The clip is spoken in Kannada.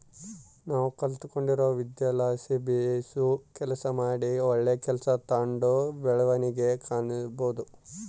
ನಾವು ಕಲಿತ್ಗಂಡಿರೊ ವಿದ್ಯೆಲಾಸಿ ಬೇಸು ಕೆಲಸ ಮಾಡಿ ಒಳ್ಳೆ ಕೆಲ್ಸ ತಾಂಡು ಬೆಳವಣಿಗೆ ಕಾಣಬೋದು